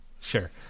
Sure